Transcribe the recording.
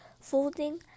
folding